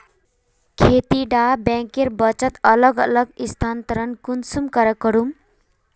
खेती डा बैंकेर बचत अलग अलग स्थानंतरण कुंसम करे करूम?